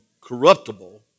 corruptible